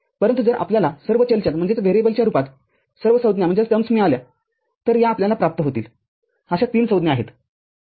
परंतु जर आपल्याला सर्व चलच्या रूपात सर्व संज्ञामिळाल्या तरया आपल्याला प्राप्त होतील अशा तीन संज्ञाआहेत